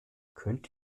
könnt